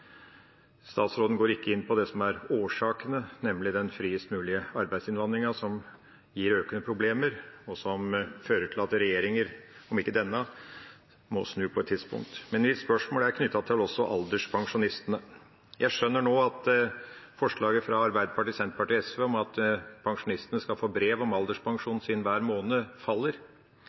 Statsråden går ikke inn på det som er årsakene, nemlig den friest mulige arbeidsinnvandringa, som gir økende problemer, og som fører til at regjeringer, om ikke denne, må snu på et tidspunkt. Mitt spørsmål er knyttet til alderspensjonistene. Jeg skjønner nå at forslaget fra Arbeiderpartiet, Senterpartiet og SV om at pensjonistene skal få brev om alderspensjonen sin hver måned, faller.